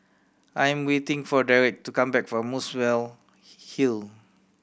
I am waiting for Derik to come back from Muswell Hill